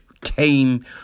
came